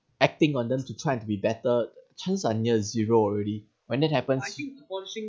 acting on them to trying to be better chance are near zero already when that happens